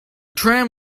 tram